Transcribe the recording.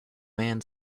man